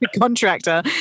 contractor